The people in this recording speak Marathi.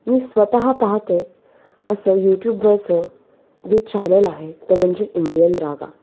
मी स्वतः पाहते असं यूट्यूबवरचं जे चॅनल आहे ते म्हणजे इंडियन रागा